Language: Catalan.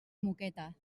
moqueta